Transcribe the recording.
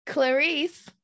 Clarice